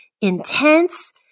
intense